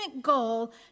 goal